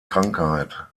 krankheit